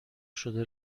شده